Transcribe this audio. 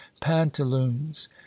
pantaloons